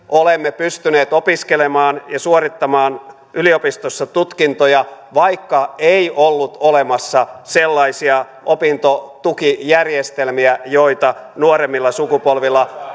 olemme pystyneet opiskelemaan ja suorittamaan yliopistossa tutkintoja vaikka ei ollut olemassa sellaisia opintotukijärjestelmiä joita nuoremmilla sukupolvilla